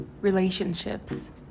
relationships